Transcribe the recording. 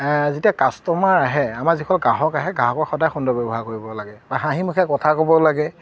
যেতিয়া কাষ্টমাৰ আহে আমাৰ যিখন গ্ৰাহক আহে গ্ৰাহক সদায় সুন্দৰ ব্যৱহাৰ কৰিব লাগে বা হাঁহি মুখে কথা ক'ব লাগে